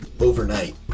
overnight